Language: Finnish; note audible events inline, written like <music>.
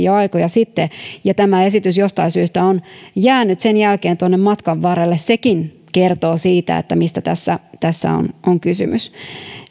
<unintelligible> jo aikoja sitten ja tämä esitys jostain syystä on jäänyt sen jälkeen tuonne matkan varrelle ja sekin kertoo siitä mistä tässä tässä on on kysymys <unintelligible> <unintelligible> <unintelligible> niin